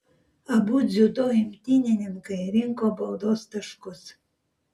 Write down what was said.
abu dziudo imtynininkai rinko baudos taškus